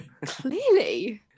clearly